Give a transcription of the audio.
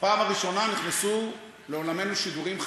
בפעם הראשונה נכנסו לעולמנו שידורים חיים,